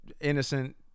innocent